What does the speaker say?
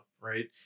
right